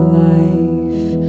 life